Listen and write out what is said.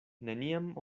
neniam